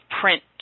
print